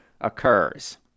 occurs